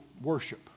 worship